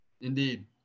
Indeed